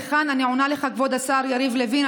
כאן אני עונה לך, כבוד השר יריב לוין.